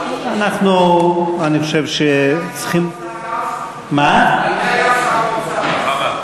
אני חושב שצריכים, מי היה שר האוצר אז?